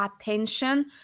attention